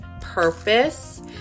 purpose